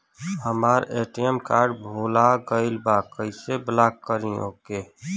हमार ATM card भूला गईल बा कईसे ब्लॉक करी ओके?